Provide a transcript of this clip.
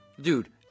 dude